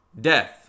death